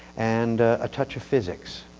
and a touch of physics.